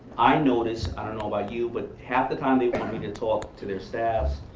i notice, i don't know about you, but half the time they want me to talk to their staffs,